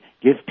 give